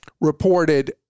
reported